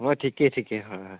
হয় ঠিকে ঠিকে হয় হয়